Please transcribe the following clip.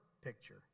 picture